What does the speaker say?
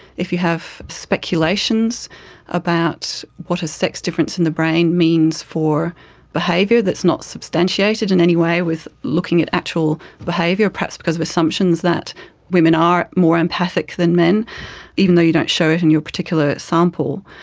if you have speculations about what a sex difference in the brain means for behaviour that is not substantiated in any way with looking at actual behaviour, perhaps because of assumptions that women are more empathic than men even though you don't show it in your particular sample,